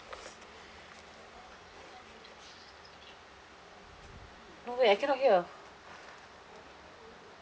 no wait I cannot hear